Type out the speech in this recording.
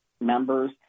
members